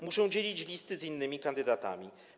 Muszą dzielić listy z innymi kandydatami.